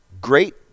Great –